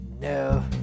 no